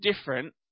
different